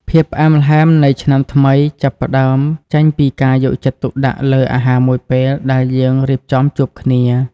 ភាពផ្អែមល្ហែមនៃឆ្នាំថ្មី ចាប់ផ្ដើមចេញពីការយកចិត្តទុកដាក់លើអាហារមួយពេលដែលយើងរៀបចំជួបគ្នា។